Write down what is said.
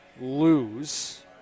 lose